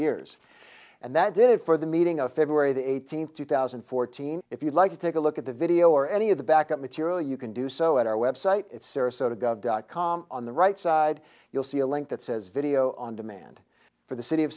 years and that did it for the meeting of february the eighteenth two thousand and fourteen if you'd like to take a look at the video or any of the back up material you can do so at our web site at sarasota gov dot com on the right side you'll see a link that says video on demand for the city of